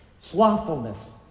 Slothfulness